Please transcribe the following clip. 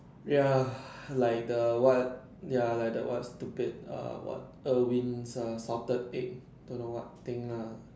ya like the what ya like the what stupid err what Irvins Salted Egg don't know what thing lah